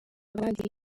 abandi